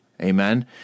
Amen